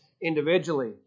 individually